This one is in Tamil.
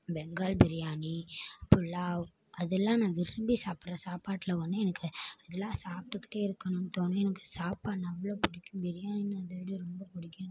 பெங்கால் பிரியாணி புலாவ் அதெல்லாம் நான் விரும்பி சாப்பிட்ற சாப்பாட்டில் ஒன்று எனக்கு அதெல்லாம் சாப்பிட்டுக்கிட்டே இருக்கணும்னு தோணும் எனக்கு சாப்பாடுனா அவ்வளோ பிடிக்கும் பிரியாணி வந்து ரொம்ப பிடிக்கும்